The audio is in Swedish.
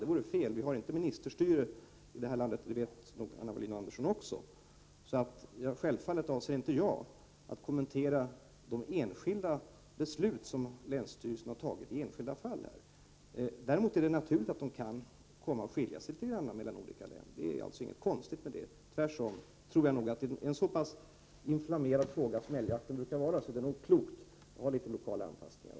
Det vore fel, vi har inte ministerstyre i det här landet, och det vet Anna Wohlin-Andersson också. Självfallet avser jag inte att kommentera beslut som länsstyrelser fattat i enskilda fall. Däremot är det naturligt att besluten i olika län kan komma att skilja sig något. Det är ingenting konstigt med det. I en så inflammerad fråga som älgjakten brukar vara är det nog klokt att man har litet lokala anpassningar.